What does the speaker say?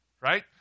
right